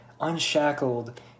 unshackled